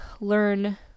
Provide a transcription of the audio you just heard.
learn